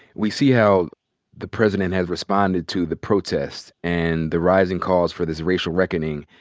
we see how the president has responded to the protests, and the rising calls for this racial reckoning,